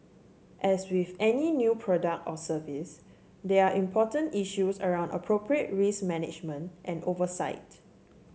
as with any new product or service they are important issues around appropriate risk management and oversight